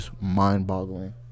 mind-boggling